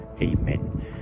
Amen